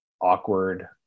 awkward